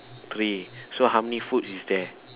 three so how many food is there